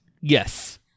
Yes